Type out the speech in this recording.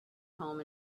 home